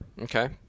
Okay